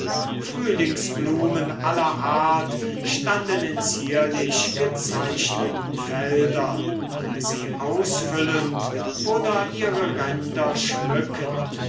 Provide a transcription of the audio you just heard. frühlingsblumen aller art standen in zierlich gezeichneten feldern sie ausfüllend oder ihre ränder schmückend